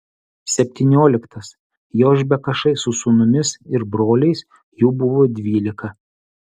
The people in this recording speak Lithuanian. septynioliktas jošbekašai su sūnumis ir broliais jų buvo dvylika